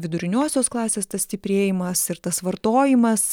viduriniosios klasės tas stiprėjimas ir tas vartojimas